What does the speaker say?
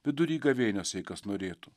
vidury gavėnios jei kas norėtų